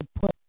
put